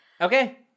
Okay